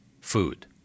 food